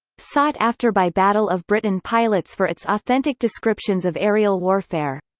sought after by battle of britain pilots for its authentic descriptions of aerial warfare.